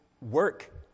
work